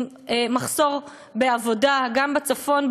עם מחסור בעבודה גם בצפון,